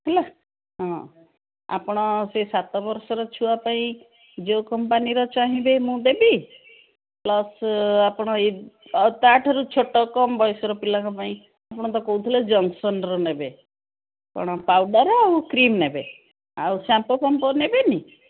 ହେଲା ହଁ ଆପଣ ସେ ସାତ ବର୍ଷର ଛୁଆ ପାଇଁ ଯେଉଁ କମ୍ପାନୀର ଚାହିଁବେ ମୁଁ ଦେବି ପ୍ଲସ୍ ଆପଣ ଏ ତା'ଠାରୁ ଛୋଟ କମ୍ ବୟସର ପିଲାଙ୍କ ପାଇଁ ଆପଣ ତ କହୁଥିଲେ ଜନ୍ସନ୍ର ନେବେ କ'ଣ ପାଉଡ଼ର୍ ଆଉ କ୍ରିମ୍ ନେବେ ଆଉ ସାମ୍ପୋ ଫମ୍ପୋ ନେବେନି